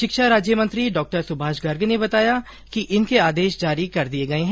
शिक्षा राज्यमंत्री डॉ सुभाष गर्ग ने बताया कि इनके आदेश जारी कर दिये गये है